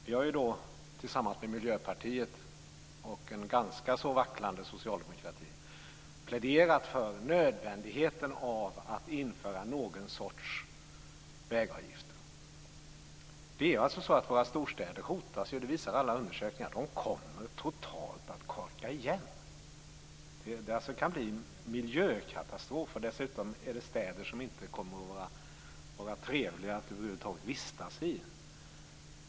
Vi har tillsammans med Miljöpartiet och en ganska vacklande socialdemokrati pläderat för nödvändigheten av att införa någon sorts vägavgifter. Det är alltså så att våra storstäder hotas - det visar alla undersökningar - av att de kommer att totalt korka igen. Det kan alltså bli en miljökatastrof, för dessutom är det frågan om städer som inte kommer att vara trevliga att över huvud taget vistas i.